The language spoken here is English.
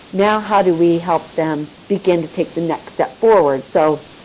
now, how do we help them begin to take the next step forward? so,